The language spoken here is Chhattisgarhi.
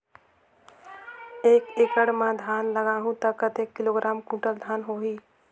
एक एकड़ मां धान लगाहु ता कतेक किलोग्राम कुंटल धान होही?